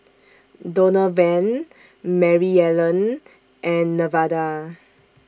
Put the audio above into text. Donovan Maryellen and Nevada